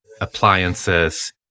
appliances